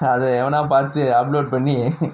அது எவனாவது பாத்து:athu evanaavathu paathu upload பண்ணி:panni